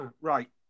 right